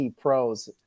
Pros